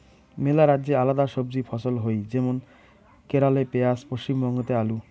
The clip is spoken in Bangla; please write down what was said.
মেলা রাজ্যে আলাদা সবজি ফছল হই যেমন কেরালে পেঁয়াজ, পশ্চিমবঙ্গতে আলু